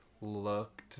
looked